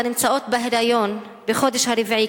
הנמצאת בהיריון בחודש הרביעי,